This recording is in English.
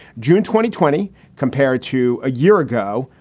june twenty twenty compared to a year ago,